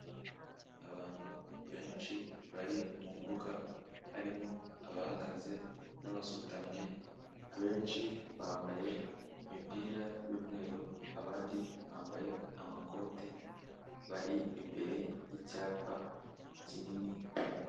Abantu benshi bari mu mbuga harimo abahagaze n'abasutamye abenshi bambaye imipira y'umweru abandi bambaye amakote bari imbere y'icyapa kinini.